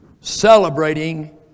celebrating